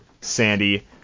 sandy